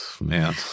Man